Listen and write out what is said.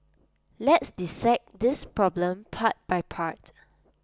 let's dissect this problem part by part